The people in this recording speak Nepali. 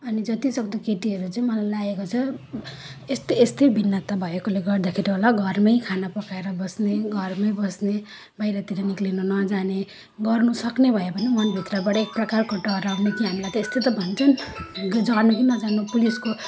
अनि जतिसक्दो केटीहरू चाहिँ मलाई लागेको छ यस्तै यस्तै भिन्नता भएकोले गर्दाखेरि होला घरमै खाना पकाएर बस्ने घरमै बस्ने बाहिरतिर निक्लिन नजाने गर्नु सक्ने भए पनि मन भित्रबाट एक प्रकारको डर आउने कि हामीलाई त यस्तै त भन्छन् जानु कि नजानु पुलिसको